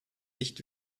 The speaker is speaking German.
nicht